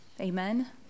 Amen